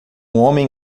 homem